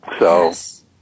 Yes